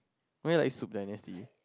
when like Song dynasty